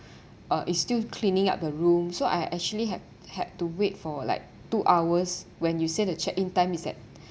uh it's still cleaning up the room so I actually have had to wait for like two hours when you said that the check in time is at